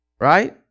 right